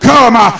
Come